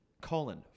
colon